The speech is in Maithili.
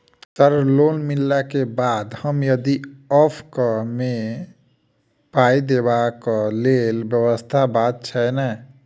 सर लोन मिलला केँ बाद हम यदि ऑफक केँ मे पाई देबाक लैल व्यवस्था बात छैय नै?